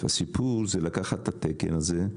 הסיפור זה לקחת את התקן הזה,